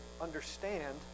understand